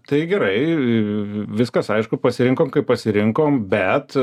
tai gerai viskas aišku pasirinkom kaip pasirinkom bet